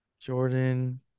Jordan